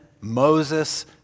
Moses